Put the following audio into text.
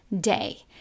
Day